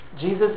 Jesus